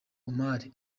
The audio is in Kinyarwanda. omar